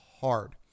hard